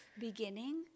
beginning